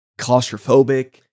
claustrophobic